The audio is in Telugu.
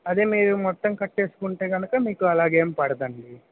అదే మీరు మొత్తం కట్టేసుకుంటే కనుక మీకు అలాగేం పడదండి